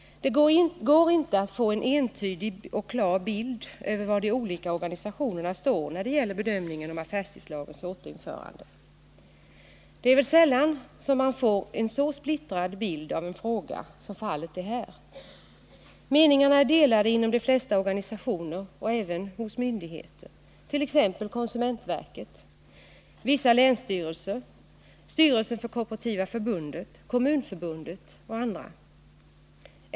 Det går inte att få en entydig och klar bild av var de olika organisationerna står i bedömningen av frågan om affärstidslagens införande. Det är sällan som man får en så splittrad bild av en fråga som fallet är här. Meningarna är delade inom de flesta organisationer, och även inom myndigheter. Det gäller t.ex. beträffande konsumentverket, vissa länsstyrelser, styrelsen för Kooperativa förbundet och Kommunförbundet.